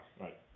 Right